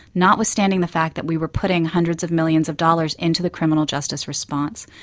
notwithstanding the fact that we were putting hundreds of millions of dollars into the criminal justice response,